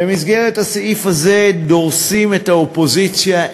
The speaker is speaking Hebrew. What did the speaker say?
ובמסגרת סעיף זה דורסים את האופוזיציה,